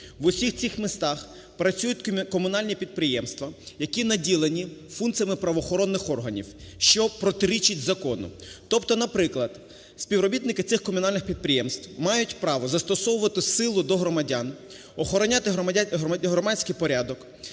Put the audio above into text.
В усіх цих містах працюють комунальні підприємства, які наділені функціями правоохоронних органів, щопротирічить закону. Тобто, наприклад, співробітники цих комунальних підприємств мають право застосовувати силу до громадян, охороняти громадський порядок,